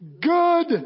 good